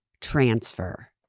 transfer